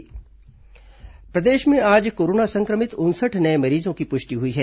corona मरीज प्रदेश में आज कोरोना संक्रमित उनसठ नये मरीजों की पुष्टि हुई है